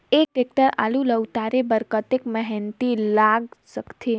एक टेक्टर आलू ल उतारे बर कतेक मेहनती लाग सकथे?